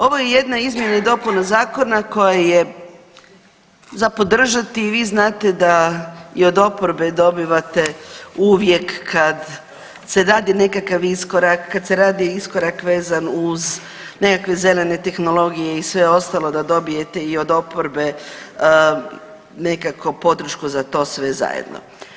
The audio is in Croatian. Ovo je jedna izmjena i dopuna zakona koja je za podržati i vi znate da i od oporbe dobivate uvijek kad se radi nekakav iskorak, kad se radi iskorak vezan uz nekakve zelene tehnologije da dobijete i od oporbe nekako podršku za to sve zajedno.